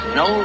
no